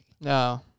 No